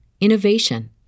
innovation